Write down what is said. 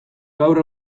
gaur